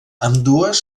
ambdues